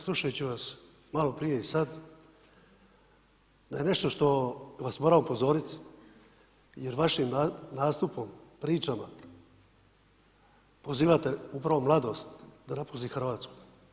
Slušajući vas malo prije i sad, da je nešto što vas moram upozorit, jer vašim nastupom, pričama, pozivate upravo mladost da napusti RH.